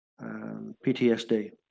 PTSD